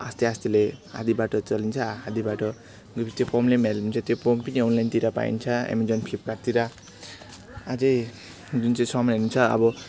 आस्ते आस्तेले आधा बाटो चलिन्छ आधा बाटो लु त्यो पम्पले पनि हेल्प हुन्छ त्यो पम्प पनि अनलाइनतिर पाइन्छ एमाजोन फ्लिपकार्टतिर अझै जुन चाहिँ समय हुन्छ अब